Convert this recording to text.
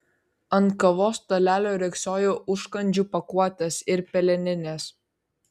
ant kavos stalelio riogsojo užkandžių pakuotės ir peleninės